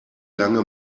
lange